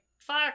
fuck